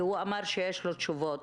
כי הוא אמר שיש לו תשובות,